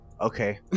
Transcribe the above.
Okay